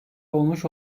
olmuş